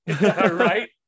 right